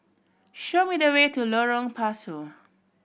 show me the way to Lorong Pasu